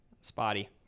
Spotty